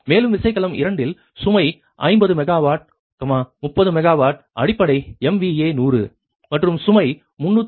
மேலும் விசைக்கலம் 2 இல் சுமை 50 மெகாவாட் 30 மெகாவாட் அடிப்படை MVA 100 மற்றும் சுமை 305